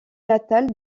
natale